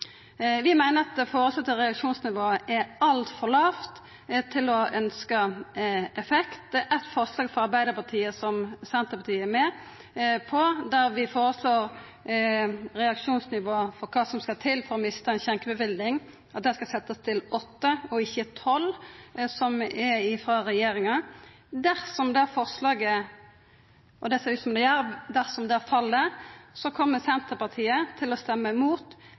Vi meiner at det føreslåtte reaksjonsnivået er altfor lågt til å få ønskt effekt. Eit forslag frå Arbeidarpartiet som Senterpartiet er med på, der vi føreslår at reaksjonsnivået for kva som skal til for å mista ei skjenkebevilling, skal setjast til åtte prikkar og ikkje tolv, som er føreslått av regjeringa. Dersom det forslaget fell – og det ser det ut som det gjer – kjem Senterpartiet til å røysta imot